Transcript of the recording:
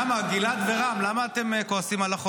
נעבור לנושא הבא על סדר-היום, הצעת